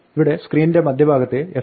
ഇവിടെ സ്ക്രീനിന്റെ മധ്യഭാഗത്ത് f2